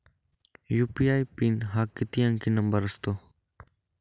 UPI PIN हा किती अंकी नंबर असतो?